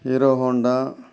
Hero Honda